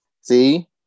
See